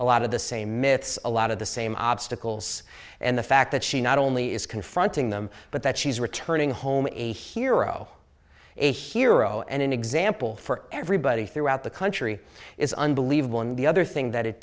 a lot of the same myths a lot of the same obstacles and the fact that she not only is confronting them but that she's returning home in a hero a hero and an example for everybody throughout the country is unbelievable and the other thing that it